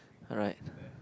alright